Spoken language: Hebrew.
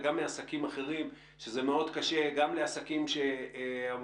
וגם מעסקים אחרים שזה מאוד קשה גם לעסקים שלא